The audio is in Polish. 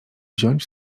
wziąć